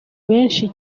benshi